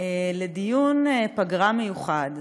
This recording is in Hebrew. לדיון פגרה מיוחד,